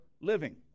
living